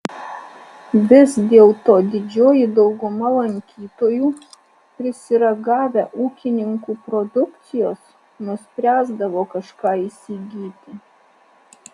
vis dėlto didžioji dauguma lankytojų prisiragavę ūkininkų produkcijos nuspręsdavo kažką įsigyti